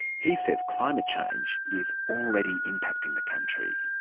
he says climate change is already impacting the country.